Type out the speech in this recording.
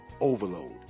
overload